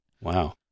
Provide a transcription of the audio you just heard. Wow